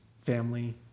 family